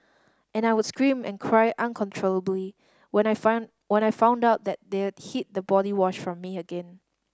and I would scream and cry uncontrollably when I find when I found out that they're hid the body wash from me again